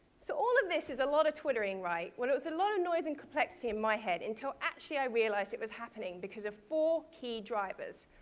so all of this is a lot of twittering, right? well it was a lot of noise and complexity in my head, until actually i realized it was happening because of four key drivers.